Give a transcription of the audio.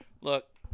Look